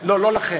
לא, לא לכם.